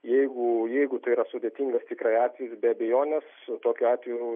jeigu jeigu tai yra sudėtingas tikrai atvejis be abejonės tokiu atveju